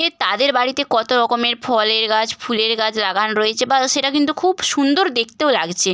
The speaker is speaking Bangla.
এ তাদের বাড়িতে কত রকমের ফলের গাছ ফুলের গাছ লাগানো রয়েছে বা সেটা কিন্তু খুব সুন্দর দেখতেও লাগছে